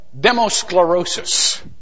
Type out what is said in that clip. demosclerosis